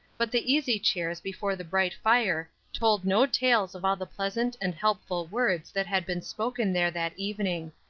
but the easy chairs before the bright fire told no tales of all the pleasant and helpful words that had been spoken there that evening.